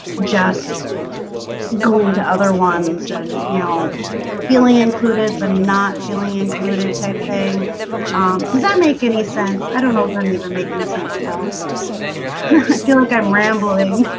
just going to other ones and you know feeling included but not feeling included type thing does that make any sense? i don't know if i'm even making sense. no, i feel like i'm rambling